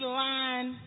line